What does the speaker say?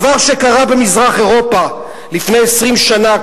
דבר שקרה במזרח-אירופה לפני 20 שנה,